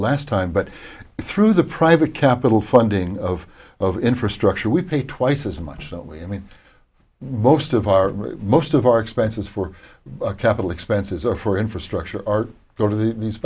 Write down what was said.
last time but through the private capital funding of of infrastructure we pay twice as much that we i mean most of our most of our expenses for capital expenses are for infrastructure or go to